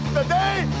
Today